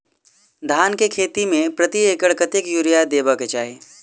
धान केँ खेती मे प्रति एकड़ कतेक यूरिया देब केँ चाहि?